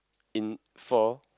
in for